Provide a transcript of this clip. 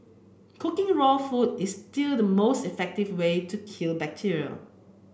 cooking raw food is still the most effective way to kill bacteria